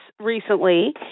recently